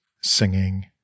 singing